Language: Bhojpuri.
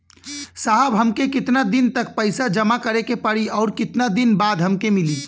साहब हमके कितना दिन तक पैसा जमा करे के पड़ी और कितना दिन बाद हमके मिली?